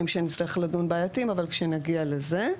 בעייתיים שנצטרך לדון אבל נעשה זאת עת נגיע אליהם.